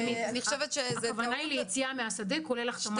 הכוונה היא ליציאה מהשדה כולל החתמת דרכון.